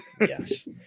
Yes